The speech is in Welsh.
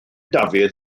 dafydd